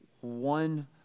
one